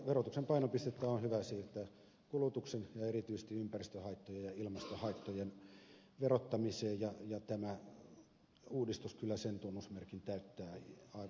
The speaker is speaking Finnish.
verotuksen painopistettä on hyvä siirtää kulutuksen ja erityisesti ympäristöhaittojen ja ilmastohaittojen verottamiseen ja tämä uudistus kyllä sen tunnusmerkin täyttää vallan hyvin